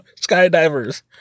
Skydivers